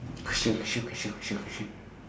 question question question question question